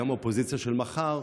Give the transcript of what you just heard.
גם האופוזיציה של מחר,